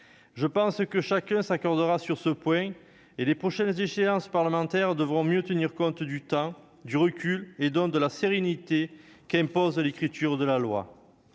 d'idéal ! Chacun s'accordera sur ce point. Les prochaines échéances parlementaires devront mieux tenir compte du temps, du recul et donc de la sérénité qu'impose l'écriture de la loi.